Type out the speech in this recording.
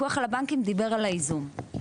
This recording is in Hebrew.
הפיקוח על הבנקים דיבר על הייזום.